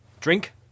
Drink